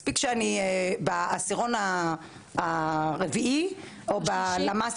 מספיק שאני בעשירון הרביעי או בשלישי